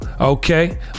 Okay